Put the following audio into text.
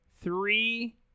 three